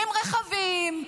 עם רכבים,